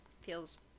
feels